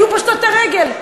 היו פושטות את הרגל.